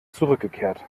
zurückgekehrt